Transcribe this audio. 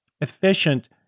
efficient